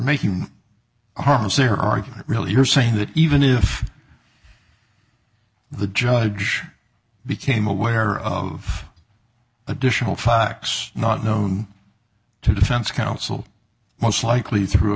making almost zero argument really you're saying that even if the judge became aware of additional facts not known to defense counsel most likely through a